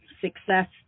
success